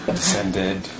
descended